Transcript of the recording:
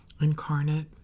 incarnate